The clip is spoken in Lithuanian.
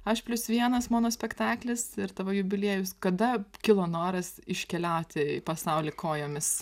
aš plius vienas mano spektaklis ir tavo jubiliejus kada kilo noras iškeliauti į pasaulį kojomis